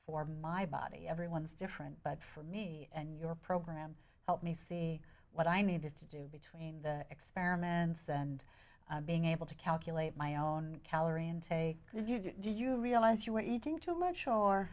for my body everyone's different but for me and your program helped me see what i needed to do between the experiments and being able to calculate my own calorie intake did you realize you were eating too much or